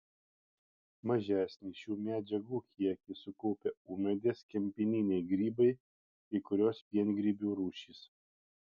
mažesnį šių medžiagų kiekį sukaupia ūmėdės kempininiai grybai kai kurios piengrybių rūšys